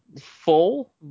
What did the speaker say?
full